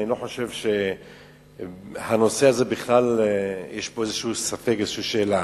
אני לא חושב שהנושא הזה בכלל יש בו ספק או שאלה,